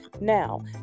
now